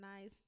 nice